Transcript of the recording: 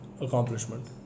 accomplishment